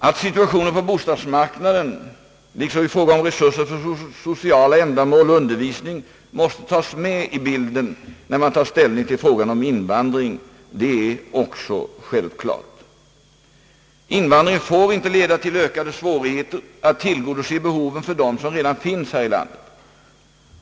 Att situationen på bostadsmarknaden liksom i fråga om resurser för sociala ändamål och undervisning måste tas med i bilden när man tar ställning till frågan om invandringen är också självklart. Invandringen får inte leda till ökade svårigheter att tillgodose behoven för dem som redan finns här i landet.